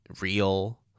real